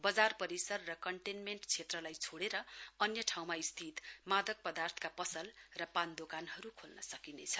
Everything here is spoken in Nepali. बजार परिसर र कन्टेनमेन्ट क्षेत्रलाई छोडेर अन्य ठाउँमा स्थित मादक पदार्थ पसल र पान दोकानहरू खोल्न सकिनेछ